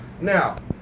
Now